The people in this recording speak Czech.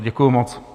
Děkuji moc.